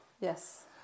Yes